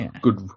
good